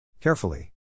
Carefully